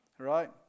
Right